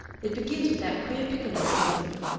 it begins with that queer piccolo solo.